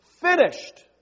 Finished